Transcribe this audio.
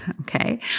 Okay